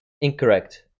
Incorrect